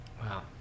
Wow